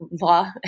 law